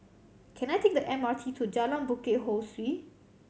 can I take the M R T to Jalan Bukit Ho Swee